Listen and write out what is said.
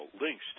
links